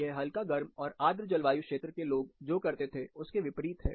यह हल्का गर्म और आद्र जलवायु क्षेत्र के लोग जो करते थे उसके विपरीत है